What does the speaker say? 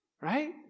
right